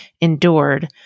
endured